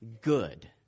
good